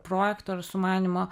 projekto ir sumanymo